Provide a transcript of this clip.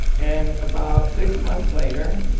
and about six months later,